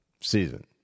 season